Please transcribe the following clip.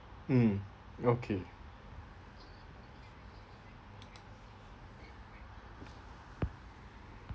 mm okay